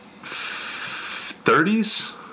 30s